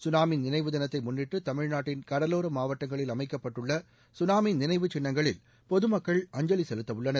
tsunami நினைவு தினத்தை முன்னிட்டு தமிழ்நாட்டின் கடலோர மாவட்டங்களில் அமைக்கப்பட்டள்ள சுனாமி நினைவுச் சின்னங்களில் பொதுமக்கள் அஞ்சலி செலுத்தவுள்ளனர்